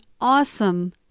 awesome